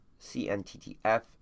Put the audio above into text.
CNTTF